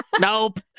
nope